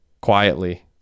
Quietly